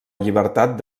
llibertat